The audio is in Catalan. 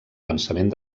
pensament